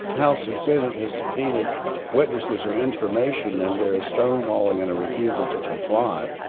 house or senate has subpoenaed witnesses or information and there is stonewalling and a refusal to comply.